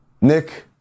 Nick